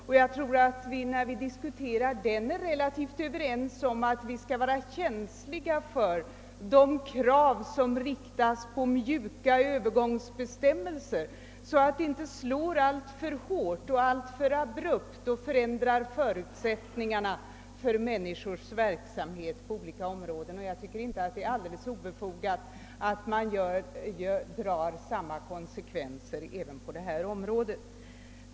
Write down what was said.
När vi gör det tror jag vi är ganska överens om att vi skall vara känsliga för de krav som ställs på mjuka övergångsbestämmelser, så att förändringar inte slår alltför hårt och alltför abrupt och förändrar förutsättningarna för människors verksamhet på olika områden. Jag tycker inte det är alldeles obefogat att tillämpa samma riktlinjer på det område vi nu diskuterar.